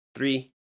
Three